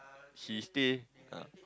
she stay